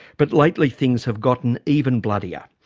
but lately things have gotten even bloodier.